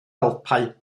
alpau